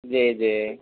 जी जी